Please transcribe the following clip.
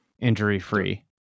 injury-free